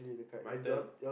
my turn